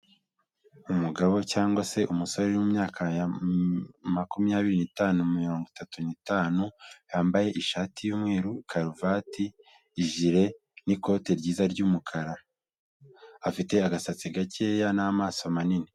Umugabo cyangwa se umusore w'imyaka makumyabiri n'itanu mirongo itatu n'itanu, yambaye ishati y'umweru karuvati ijire n'ikote ryiza ry'umukara, afite agasatsi gakeya n'amaso manini.